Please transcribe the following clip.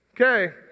Okay